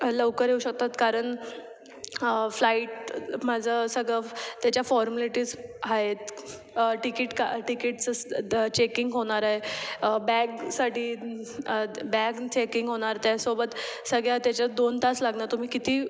लवकर येऊ शकतात कारण फ्लाईट माझं सगळं त्याच्या फॉर्मलिटीज आहेत टिकीट का टिकीटचं स द चेकिंग होणार आहे बॅगसाटी बॅग चेकिंग होणार त्यासोबत सगळ्या त्याच्यात दोन तास लागणार तुम्ही किती